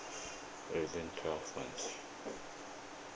within twelve months